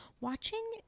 watching